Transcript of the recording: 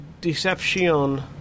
Deception